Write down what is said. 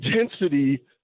intensity